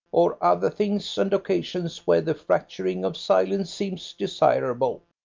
or other things and occasions where the fracturing of silence seems desirable.